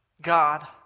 God